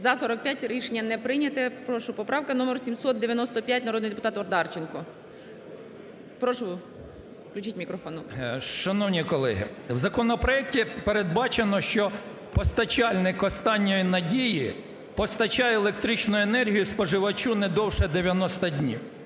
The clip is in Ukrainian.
За-45 Рішення не прийнято. Прошу, поправка номер 795, народний депутат Одарченко. Прошу включіть мікрофон 13:04:24 ОДАРЧЕНКО Ю.В. Шановні колеги, в законопроекті передбачено, що постачальник "останньої надії" постачає електричну енергію споживачу не довше 90 днів.